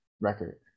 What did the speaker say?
record